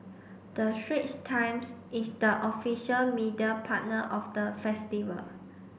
the Straits Times is the official media partner of the festival